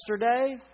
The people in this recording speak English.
yesterday